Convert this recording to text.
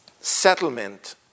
settlement